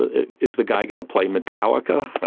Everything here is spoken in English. ah is the guy going to play metallica?